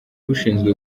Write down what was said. ushinzwe